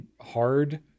hard